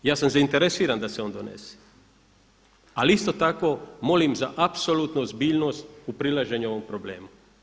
Ja sam zainteresiran da se on donese, ali isto tako molim za apsolutnu ozbiljnost u prilaženju ovom problemu.